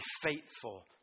faithful